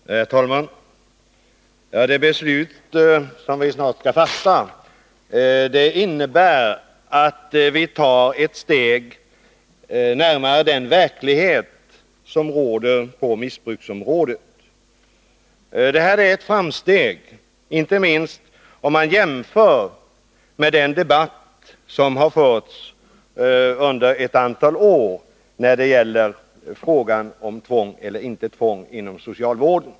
Herr talman! Det beslut som vi snart skall fatta innebär att vi tar ett steg närmare den verklighet som råder på missbruksområdet. Detta är ett framsteg, inte minst i förhållande till den debatt som har förts under ett antal år när det gäller frågan om tvång eller inte tvång inom socialvården.